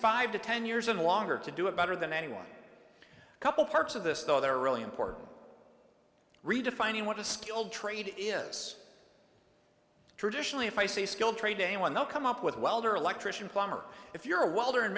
to ten years and longer to do it better than anyone a couple parts of this though they're really important redefining what a skilled trade is traditionally if i see a skilled trade a one they'll come up with welder electrician plumber if you're a welder in